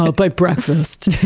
ah by breakfast!